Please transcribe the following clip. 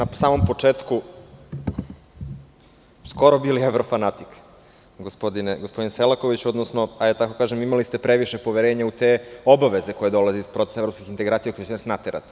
Vi ste na samom početku skoro bili evrofanatik, gospodine Selakoviću, hajde da tako kažem imali ste previše poverenja u te obaveze koje dolaze iz procesa evropskih integracija koje će nas naterati.